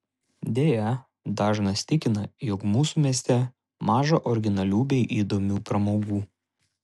deja dažnas tikina jog mūsų mieste maža originalių bei įdomių pramogų